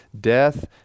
death